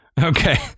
Okay